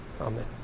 Amen